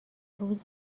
روز